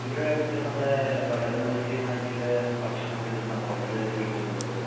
ഇവിടെ അടുത്ത് നല്ല കടൽ മൽസ്യം ആയിട്ടുള്ള ഭക്ഷണം കിട്ടുന്ന ഹോട്ടല് എവിടെയാണ് ഉള്ളത്